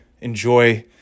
enjoy